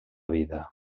vida